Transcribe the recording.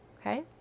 Okay